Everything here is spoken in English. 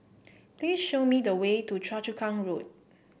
please show me the way to Choa Chu Kang Road